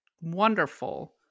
wonderful